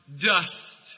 dust